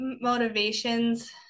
motivations